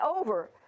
over